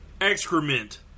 excrement